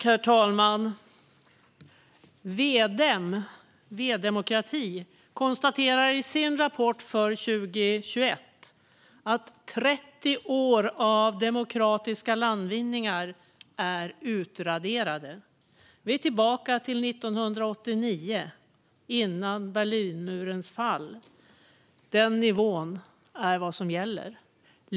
Herr talman! V-Dem konstaterar i sin rapport för 2021 att 30 år av demokratiska landvinningar är utraderade. Vi är tillbaka till 1989 innan Berlinmurens fall. Den nivån är vad som gäller.